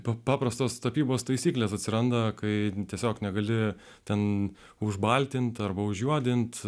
paprastos tapybos taisyklės atsiranda kai tiesiog negali ten užbaltinti arba užjuodinti